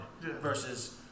versus